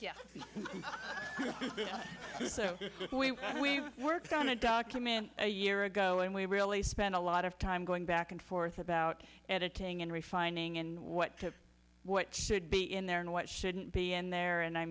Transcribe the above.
we worked on a document a year ago and we really spent a lot of time going back and forth about editing and refining and what what should be in there and what shouldn't be in there and i